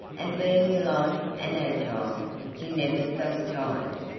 and being light and agile he never felt tired.